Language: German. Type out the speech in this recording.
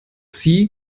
sie